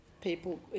people